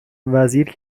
وزیر